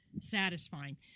satisfying